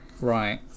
right